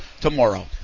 tomorrow